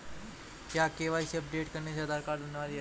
क्या KYC update करने के लिए आधार कार्ड अनिवार्य है?